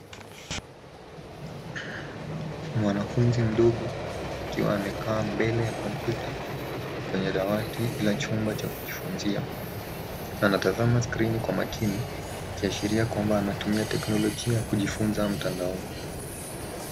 Mwanafunzi mdogo akiwa amekaa mbele ya kompyuta kwenye dawati la chumba cha kujifunzia. Anatazama skrini kwa makini akiashiria kwamba anatumia teknolojia kujifunza mtandaoni.